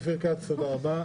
חבר הכנסת אופיר כץ, תודה רבה.